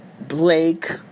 Blake